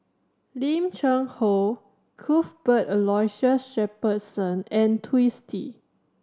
Lim Cheng Hoe Cuthbert Aloysius Shepherdson and Twisstii